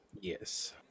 Yes